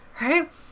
right